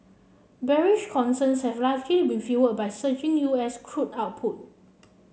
bearish concerns have largely been by surging U S crude output